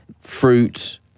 fruit